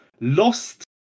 lost